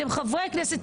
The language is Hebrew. אתם חברי כנסת,